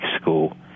school